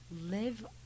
live